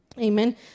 Amen